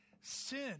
sin